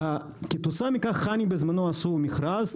כתוצאה מכך חנ"י בזמנו עשו מכרז.